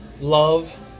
Love